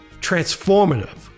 transformative